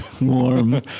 warm